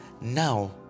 Now